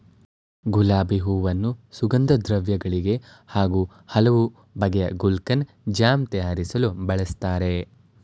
ಗುಲಾಬಿ ಹೂವನ್ನು ಸುಗಂಧದ್ರವ್ಯ ಗಳಿಗೆ ಹಾಗೂ ಹಲವು ಬಗೆಯ ಗುಲ್ಕನ್, ಜಾಮ್ ತಯಾರಿಸಲು ಬಳ್ಸತ್ತರೆ